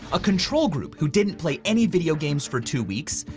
a control group who didn't play any video games for two weeks,